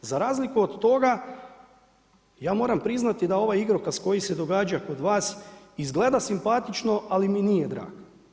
Za razliku od toga, ja moram priznati da ovaj igrokaz koji se događa kod vas, izgleda simpatično ali mi nije drag.